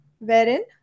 wherein